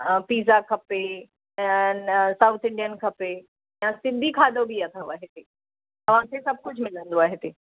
हा पिज़ा खपे या न साउथ इंडियन खपे त सिंधी खाधो बि अथव हिते तव्हांखे सभु कुझु मिलंदो आहे हिते